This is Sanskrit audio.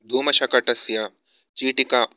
धूमशकटस्य चीटिका